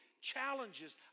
challenges